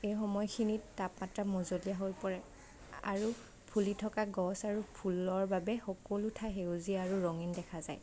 এই সময়খিনিত তাপমাত্ৰা মজলীয়া হৈ পৰে আৰু ফুলি থকা গছ আৰু ফুলৰ বাবে সকলো ঠাই সেউজীয়া আৰু ৰঙীন দেখা যায়